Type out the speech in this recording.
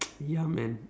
ya man